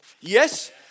Yes